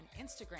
Instagram